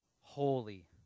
Holy